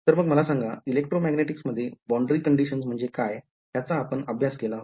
तर मग मला सांगा इलेक्ट्रोमॅग्नेटिकस मध्ये boundary conditions म्हणजे काय ह्याचा आपण अभ्यास केला होता